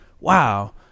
wow